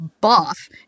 buff